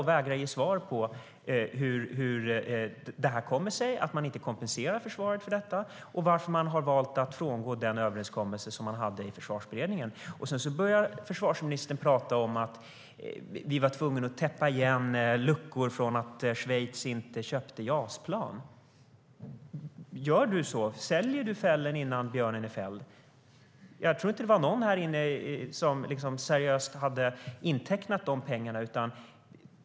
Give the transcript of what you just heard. Han vägrar att ge svar på hur det kommer sig att man inte kompenserar försvaret för detta och varför man har valt att frångå överenskommelsen i Försvarsberedningen.Försvarsministern pratade om att man var tvungen att täppa igen luckor från att Schweiz inte köpte JAS-plan. Gör du så, Peter Hultqvist? Säljer du fällen innan björnen är fälld? Jag tror inte att det var någon här inne som seriöst hade intecknat de pengarna.